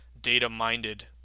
data-minded